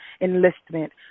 enlistment